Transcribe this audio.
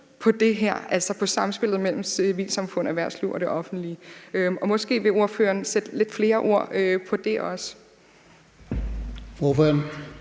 på samspillet mellem civilsamfund og erhvervsliv og det offentlige. Måske vil ordføreren sætte lidt flere ord på det også.